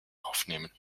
aufnehmen